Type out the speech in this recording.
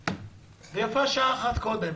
ויפה שעה אחת קודם.